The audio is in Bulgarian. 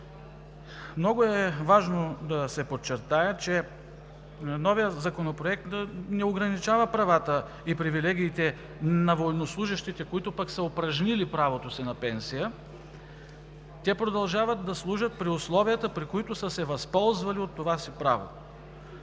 Много е важно да се подчертае, че новият законопроект не ограничава правата и привилегиите на военнослужещите, които са упражнили правото си на пенсия. Те продължават да служат при условията, при които са се възползвали от това си право.